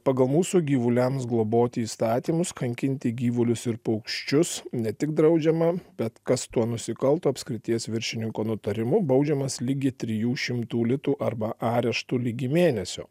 pagal mūsų gyvuliams globoti įstatymus kankinti gyvulius ir paukščius ne tik draudžiama bet kas tuo nusikalto apskrities viršininko nutarimu baudžiamas ligi trijų šimtų litų arba areštu ligi mėnesio